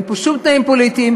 אין פה שום תנאים פוליטיים.